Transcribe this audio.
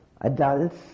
adults